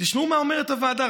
תשמעו מה אומרת הוועדה,